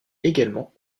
également